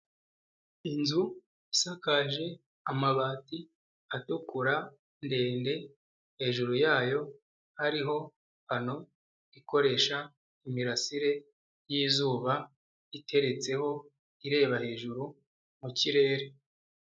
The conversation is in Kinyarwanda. Inzu isakaje amabati atukura ndende hejuru yayo hariho pano ikoresha imirasire yizuba iteretseho ireba hejuru mu kirere.